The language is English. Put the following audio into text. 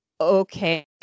Okay